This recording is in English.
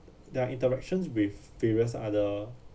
their interactions with various other